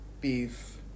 beef